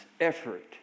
effort